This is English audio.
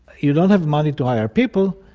you don't have money to hire people,